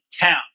town